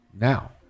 now